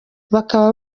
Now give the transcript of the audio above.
bakaba